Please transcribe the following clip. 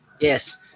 yes